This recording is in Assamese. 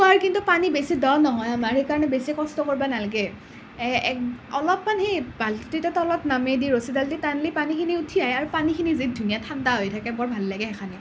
কুঁৱাৰ কিন্তু পানী বেছি দ' নহয় আমাৰ সেইকাৰণে বেছি কষ্ট কৰিব নালাগে অলপমানহে বাল্টিটো তলত নমাই দি ৰছীডালেদি টানিলে পানীখিনি উঠি আহে আৰু পানীখিনি যে ধুনীয়া ঠাণ্ডা হৈ থাকে বৰ ভাল লাগে সেইকাৰণে